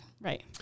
Right